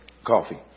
Coffee